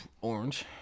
orange